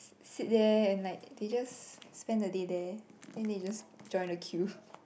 sit there and like they just spend the day there and then they just join the queue